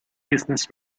business